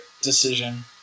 decision